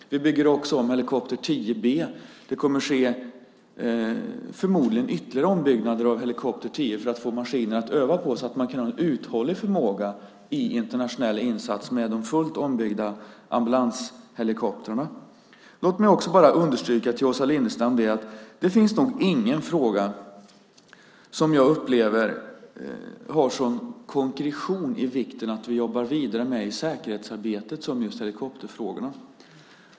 Vi bygger också om helikopter 10 B. Det kommer förmodligen att ske ytterligare ombyggnader av helikopter 10 för att få maskiner att öva på så att man kan ha en uthållig förmåga i internationella insatser med de fullt ombyggda ambulanshelikoptrarna. Låt mig också bara understryka för Åsa Lindestam att det nog inte finns någon fråga som jag upplever har sådan konkretion när det gäller vikten av att vi jobbar vidare med säkerhetsarbetet som i just helikopterfrågorna.